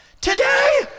Today